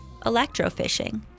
electrofishing